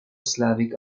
slavic